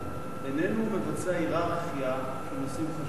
איננו עושה הייררכיה בין נושאים חשובים,